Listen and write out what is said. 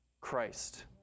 Christ